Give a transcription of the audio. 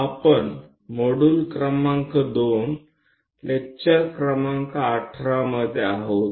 आपण मॉड्यूल क्रमांक 2 लेक्चर क्रमांक 18 मध्ये आहोत